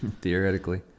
Theoretically